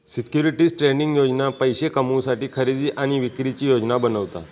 securities trading योजना पैशे कमवुसाठी खरेदी आणि विक्रीची योजना बनवता